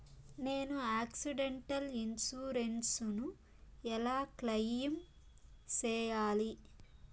నేను accidental insurance ను ఎలా క్లెయిమ్ సేయాలి?